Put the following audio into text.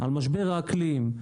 על משבר האקלים,